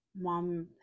mom